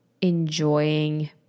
enjoying